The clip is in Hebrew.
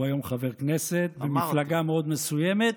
היום חבר כנסת ממפלגה מאוד מסוימת,